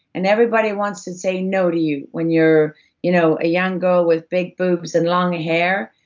and everybody wants to say no to you when you're you know a young girl with big boobs and long hair,